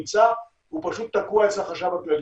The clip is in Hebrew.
הוא פשוט תקוע אצל החשב הכללי.